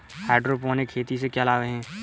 Hydroponic खेती से क्या लाभ हैं?